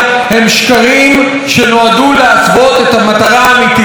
הם שקרים שנועדו להסוות את המטרה האמיתית.